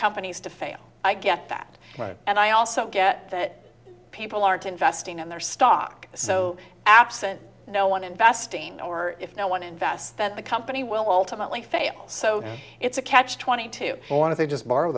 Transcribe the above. companies to fail i get that right and i also get that people aren't investing in their stock so absent no one investing or if no one invests then the company will ultimately fail so it's a catch twenty two or if they just borrow